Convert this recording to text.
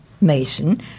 Mason